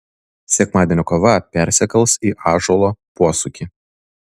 sekmadienį kova persikels į ąžuolo posūkį